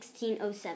1607